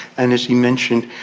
and as he mentioned,